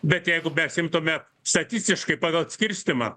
bet jeigu mes imtume statistiškai pagal skirstymą